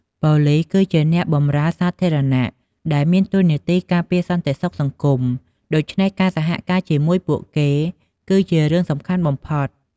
ប៉ូលិស គឺជាអ្នកបម្រើសាធារណៈដែលមានតួនាទីការពារសន្តិសុខសង្គម ដូច្នេះការសហការជាមួយពួកគេ គឺជារឿងសំខាន់បំផុត។